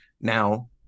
Now